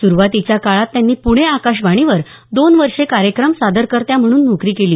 सुरुवातीच्या काळात त्यांनी प्णे आकाशवाणीवर दोन वर्षे कार्यक्रम सादरकर्त्या म्हणून नोकरी केली